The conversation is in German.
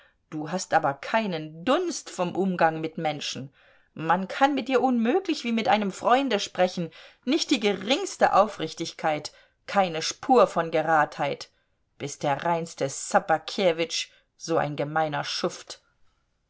du hast aber keinen dunst vom umgang mit menschen man kann mit dir unmöglich wie mit einem freunde sprechen nicht die geringste aufrichtigkeit keine spur von geradheit bist der reinste ssobakewitsch so ein gemeiner schuft